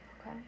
Okay